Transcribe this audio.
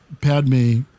padme